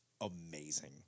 amazing